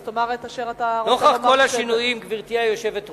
אז תאמר את אשר אתה רוצה לומר.